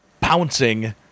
pouncing